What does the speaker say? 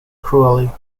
cruelly